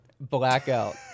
Blackout